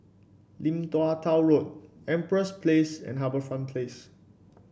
Lim Tua Tow Road Empress Place and HarbourFront Place